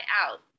out